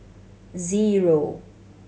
zero